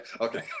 okay